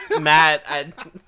Matt